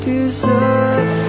Deserve